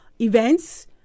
events